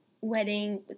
wedding